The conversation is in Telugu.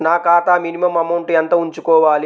నా ఖాతా మినిమం అమౌంట్ ఎంత ఉంచుకోవాలి?